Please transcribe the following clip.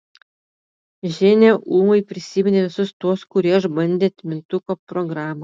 ženia ūmai prisiminė visus tuos kurie išbandė atmintuko programą